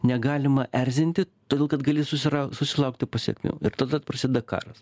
negalima erzinti todėl kad gali susira susilaukti pasekmių ir tada prasideda karas